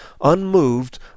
unmoved